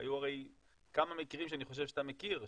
היו הרי כמה מקרים שאני חושב שאתה מכיר,